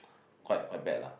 quite quite bad lah